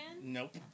Nope